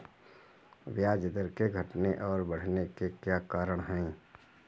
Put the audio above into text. ब्याज दर के घटने और बढ़ने के क्या कारण हैं?